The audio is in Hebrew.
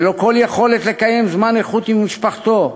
ללא כל יכולת לקיים זמן איכות עם משפחתו,